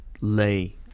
lay